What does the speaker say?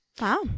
Wow